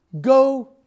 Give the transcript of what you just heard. go